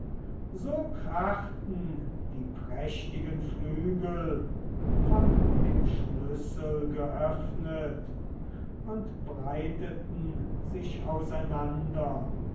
so krachten die prächtigen flügel von dem schlüssel geöffnet und breiteten sich auseinander